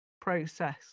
process